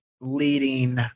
leading